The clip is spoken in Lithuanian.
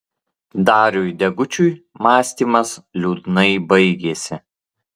dariui degučiui mąstymas liūdnai baigėsi